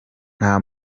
nta